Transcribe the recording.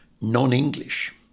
non-English